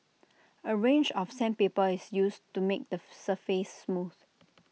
A range of sandpaper is used to make the surface smooth